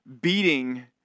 beating